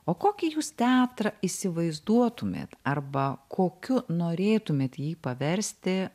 o kokį jūs teatrą įsivaizduotumėt arba kokiu norėtumėt jį paversti